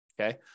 Okay